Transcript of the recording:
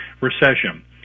recession